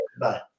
Bye